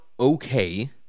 Okay